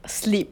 sleep